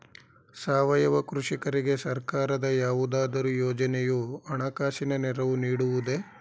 ಸಾವಯವ ಕೃಷಿಕರಿಗೆ ಸರ್ಕಾರದ ಯಾವುದಾದರು ಯೋಜನೆಯು ಹಣಕಾಸಿನ ನೆರವು ನೀಡುವುದೇ?